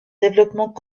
développement